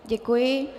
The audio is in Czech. Děkuji.